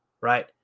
right